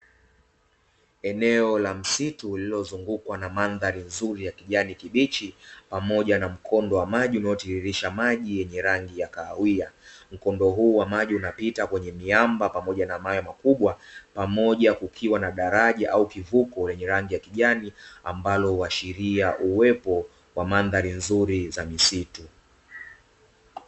Eneo la msitu lililozungukwa na mandhari nzuri ya kijani kibichi, pamoja na mkondo wa maji unaotiririsha maji yenye rangi ya kahawia. Mkondo huu wa maji unapita kwenye miamba pamoja na mawe makubwa, kukiwa na daraja au kivuko ambayo huashiria uwepo wa mandhari nzuri za misitu.